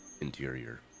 interior